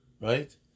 Right